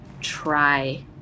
try